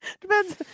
Depends